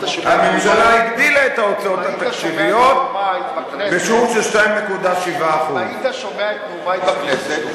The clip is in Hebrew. הממשלה הגדילה את ההוצאות התקציביות בשיעור של 2.7%. הלוא אמרתי בנאום אם היית שומע את נאומי בכנסת,